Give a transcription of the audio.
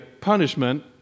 punishment